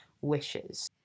wishes